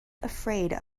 afraid